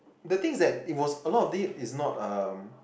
the thing is that it was a lot of it is not um